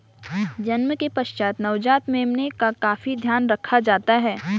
जन्म के पश्चात नवजात मेमने का काफी ध्यान रखा जाता है